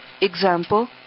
example